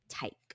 take